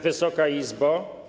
Wysoka Izbo!